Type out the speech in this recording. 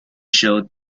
showed